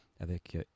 avec «